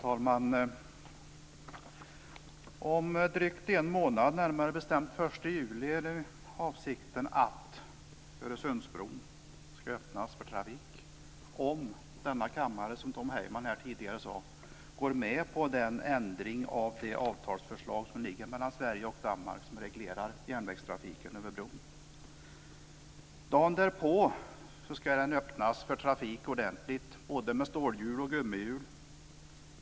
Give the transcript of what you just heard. Fru talman! Om drygt en månad, närmare bestämt den 1 juli, är avsikten att Öresundsbron ska öppnas för trafik, om denna kammare, som Tom Heyman tidigare sade, går med på förslaget till ändring av det avtal som föreligger mellan Sverige och Danmark och som reglerar järnvägstrafiken över bron. Dagen därpå ska den öppnas ordentligt för trafik, både med stålhjul och med gummihjul.